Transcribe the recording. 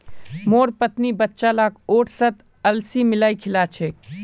मोर पत्नी बच्चा लाक ओट्सत अलसी मिलइ खिला छेक